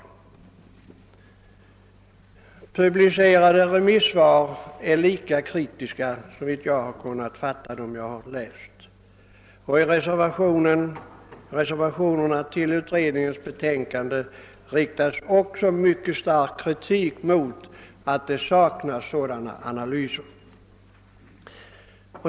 De publicerade remissvar som jag läst är lika kritiska såvitt jag kunnat fatta, och i reservationerna till utredningens betänkande riktas också mycket stark kritik mot att det saknas sådana analyser.